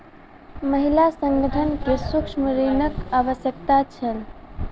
महिला संगठन के सूक्ष्म ऋणक आवश्यकता छल